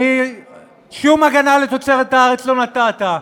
שום הגנה לתוצרת הארץ לא נתת.